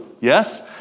Yes